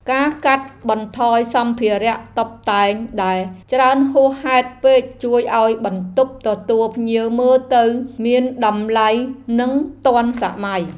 ការកាត់បន្ថយសម្ភារៈតុបតែងដែលច្រើនហួសហេតុពេកជួយឱ្យបន្ទប់ទទួលភ្ញៀវមើលទៅមានតម្លៃនិងទាន់សម័យ។